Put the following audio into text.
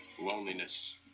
Loneliness